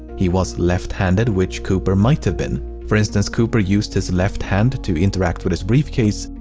he was left-handed, which cooper might have been. for instance, cooper used his left hand to interact with his briefcase,